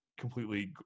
completely